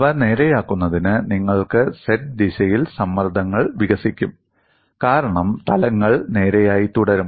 അവ നേരെയാക്കുന്നതിന് നിങ്ങൾക്ക് z ദിശയിൽ സമ്മർദ്ദങ്ങൾ വികസിക്കും കാരണം തലങ്ങൾ നേരെയായി തുടരും